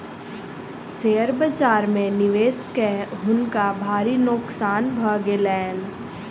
share बाजार में निवेश कय हुनका भारी नोकसान भ गेलैन